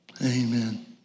Amen